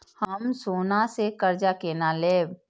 हम सोना से कर्जा केना लैब?